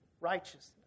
righteousness